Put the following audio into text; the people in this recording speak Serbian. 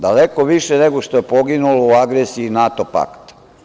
Daleko više nego što je poginulo u agresiji NATO pakta.